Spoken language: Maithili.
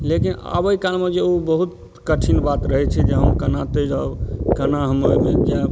लेकिन आब एहि कालमे जे ओ बहुत कठिन बात रहै छै जे हम केना तेज केना हम ओहिमे जायब